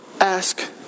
ask